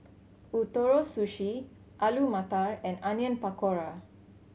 Ootoro Sushi Alu Matar and Onion Pakora